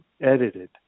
edited